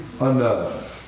enough